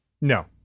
No